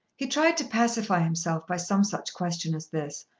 he tried to pacify himself by some such question as this,